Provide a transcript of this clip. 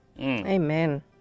Amen